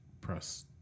press